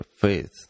faith